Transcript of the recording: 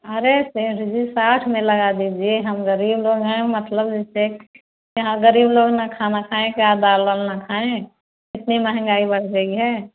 अरे सेठ जी साठ मे लगा दीजिए हम गरीब लोग है मतलब जैसे गरीब लोग न खाना खाए क्या क दाल वाल ना खाए इतनी महंगाई बढ़ गई है